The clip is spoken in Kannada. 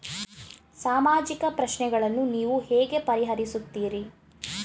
ಸಾಮಾಜಿಕ ಪ್ರಶ್ನೆಗಳನ್ನು ನೀವು ಹೇಗೆ ಪರಿಹರಿಸುತ್ತೀರಿ?